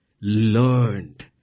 learned